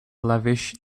lavish